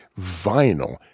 vinyl